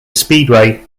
speedway